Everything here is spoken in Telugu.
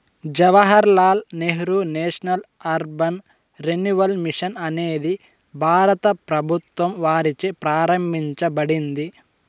Jawahar Lal Nehru national urban renewal mission అనేది భారత ప్రభుత్వం వారిచే ప్రారంభించబడింది